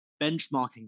benchmarking